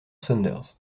saunders